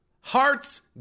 Hearts